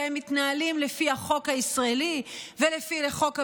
שהם מתנהלים לפי החוק הישראלי ולפי החוק הבין-לאומי,